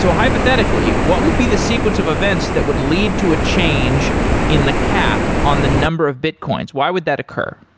so hypothetically, what would be the sequence of events that would lead to a change in the cap on the number of bitcoins? why would that occur?